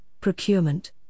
procurement